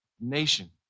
nation